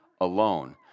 alone